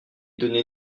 donnez